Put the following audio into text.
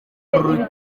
uru